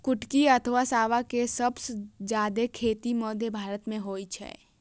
कुटकी अथवा सावां के सबसं जादे खेती मध्य भारत मे होइ छै